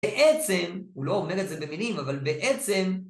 בעצם הוא לא אומר את זה במילים אבל בעצם